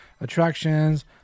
attractions